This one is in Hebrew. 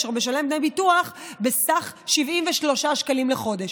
אשר משלם דמי ביטוח בסך 73 שקלים בחודש.